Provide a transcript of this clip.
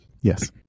Yes